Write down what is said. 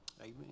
amen